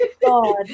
God